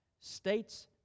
states